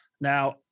Now